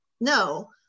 No